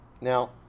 Now